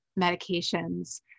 medications